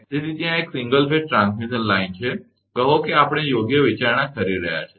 તેથી ત્યાં એક સિંગલ ફેઝ ટ્રાન્સમિશન લાઇન છે કહો કે આપણે યોગ્ય વિચારણા કરી રહ્યા છીએ